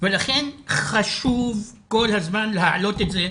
לכן חשוב כל הזמן להעלות את זה.